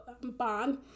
bond